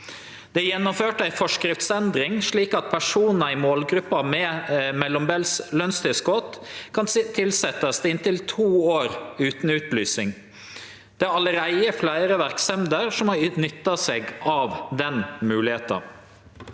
Det er gjennomført ei forskriftsendring, slik at personar i målgruppa med mellombels lønstilskot kan tilsetjast i inntil to år utan utlysing. Det er allereie fleire verksemder som har nytta seg av den moglegheita.